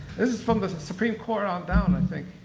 this is from the supreme court on down, i think.